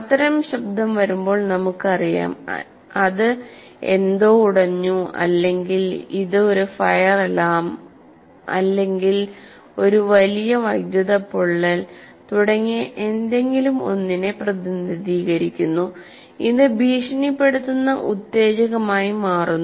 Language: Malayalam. അത്തരം ശബ്ദം വരുമ്പോൾ നമുക്കറിയാം അത് എന്തോ ഉടഞ്ഞു അല്ലെങ്കിൽ ഇത് ഒരു ഫയർ അലാറം അല്ലെങ്കിൽ ഒരു വലിയ വൈദ്യുത പൊള്ളൽ തുടങ്ങിയ ഏതെങ്കിലും ഒന്നിനെ പ്രതിനിധീകരിക്കുന്നു ഇത് ഭീഷണിപ്പെടുത്തുന്ന ഉത്തേജകമായി മാറുന്നു